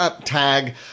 tag